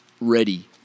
Ready